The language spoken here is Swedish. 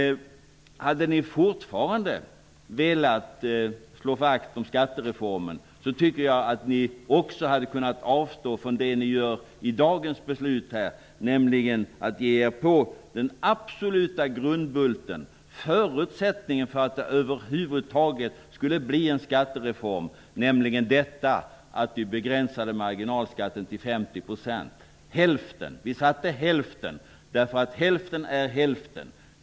Hade ni fortfarande velat slå vakt om skattereformen, hade ni också kunnat avstå från det ni gör i och med dagens betänkande, nämligen att ge er på den absoluta grundbulten, förutsättningen för att det över huvud taget skulle bli en skattereform, nämligen begränsningen av marginalskatten till 50 %. Vi satte den till hälften, därför att hälften är hälften.